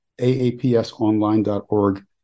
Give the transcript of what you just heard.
aapsonline.org